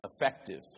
effective